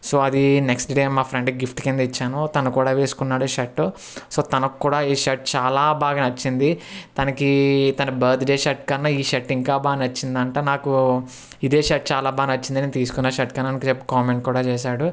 so అదీ next day మా ఫ్రెండ్కి గిఫ్ట్ కింద ఇచ్చాను తను కూడా వేసుకున్నాడు షర్టు సో తనకి కూడా ఈ షర్ట్ చాలా బాగా నచ్చిందీ తనకీ తన బర్త్డే షర్ట్ కన్నా ఈ షర్ట్ ఇంకా బాగా నచ్చింది అంటా నాకు ఇదే షర్ట్ చాలా బాగా నచ్చింది అని తీసుకున్న షర్ట్ కన్నా అని చెప్పి కామెంట్ కూడా చేసాడు